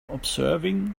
observing